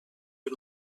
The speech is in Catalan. per